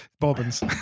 bobbins